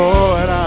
Lord